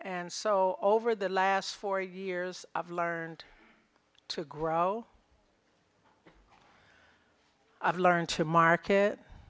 and so over the last four years i've learned to grow i've learned to market